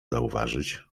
zauważyć